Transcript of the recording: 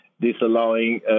disallowing